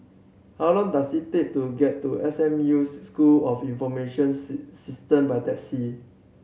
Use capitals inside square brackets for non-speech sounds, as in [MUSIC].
how long does it take to get to S M U School of Information [UNINTELLIGIBLE] System by taxi